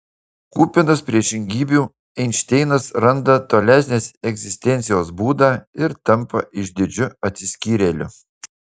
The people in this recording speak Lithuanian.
kupinas priešingybių einšteinas randa tolesnės egzistencijos būdą ir tampa išdidžiu atsiskyrėliu